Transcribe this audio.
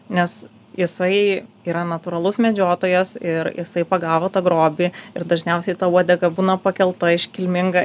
nes jisai yra natūralus medžiotojas ir jisai pagavo tą grobį ir dažniausiai ta uodega būna pakelta iškilminga